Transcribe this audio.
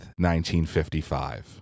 1955